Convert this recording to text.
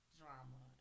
drama